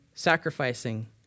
sacrificing